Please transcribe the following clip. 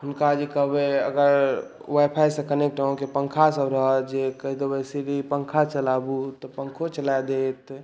हुनका जे कहबै अगर वाईफाई से कनेक्ट अहाँके पँखा सभ रहत जे कहि देबै श्री पँखा चलाबु तऽ पँखो चला देत